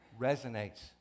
resonates